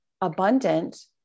abundant